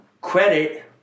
credit